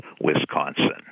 Wisconsin